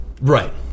Right